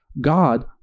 God